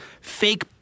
fake